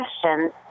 questions—